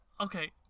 Okay